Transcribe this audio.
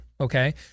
Okay